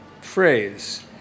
phrase